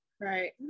right